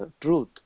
truth